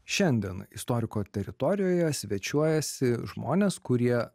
šiandien istoriko teritorijoje svečiuojasi žmonės kurie